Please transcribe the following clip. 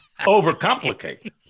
overcomplicate